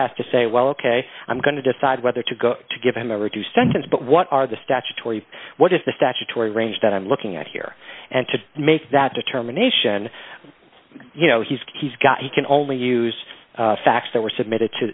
has to say well ok i'm going to decide whether to go to give him a reduced sentence but what are the statutory what is the statutory range that i'm looking at here and to make that determination you know he's he's got he can only use facts that were submitted to